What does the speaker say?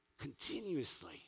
continuously